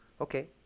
Okay